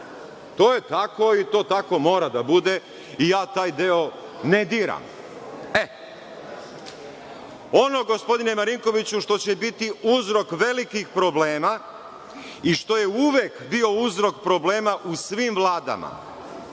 To je tako i to tako mora da bude i ja taj deo ne diram. Ono, gospodine Marinkoviću, što će biti uzrok velikih problema i što je uvek bio uzrok problema u svim vladama,